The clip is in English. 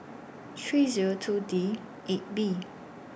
three Zero two D eight B